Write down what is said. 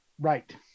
Right